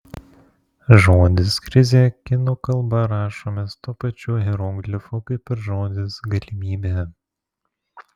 žodis krizė kinų kalba rašomas tuo pačiu hieroglifu kaip ir žodis galimybė